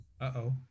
uh-oh